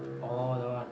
oh that [one]